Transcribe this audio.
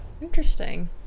Interesting